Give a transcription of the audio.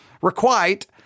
Requite